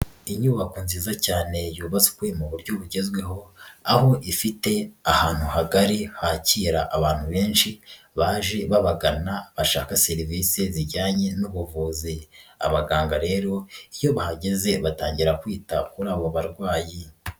Inyubako nziza cyane yubatswe mu buryo bugezweho aho ifite ahantu hagari hakira abantu benshi baje babagana bashaka serivisi zijyanye n'ubuvuzi, abaganga rero iyo bahageze batangira kwita kuri abo barwayi.